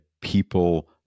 people